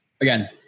again